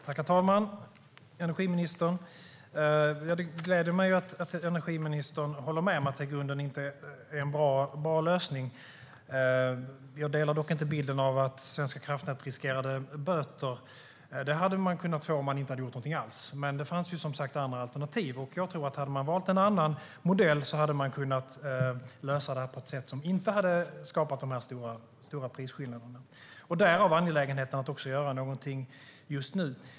Herr talman! Det gläder mig att energiministern håller med mig om att det i grunden inte är en bra lösning. Jag delar dock inte bilden av att Svenska kraftnät riskerade böter. Det hade man kunnat få om man inte hade gjort något alls. Men det fanns som sagt andra alternativ, och jag tror att man, om man hade valt en annan modell, hade kunnat lösa detta på ett sätt som inte hade skapat dessa stora prisskillnader. Därav följer angelägenheten av att göra något just nu.